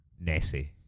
Nessie